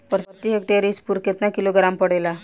प्रति हेक्टेयर स्फूर केतना किलोग्राम पड़ेला?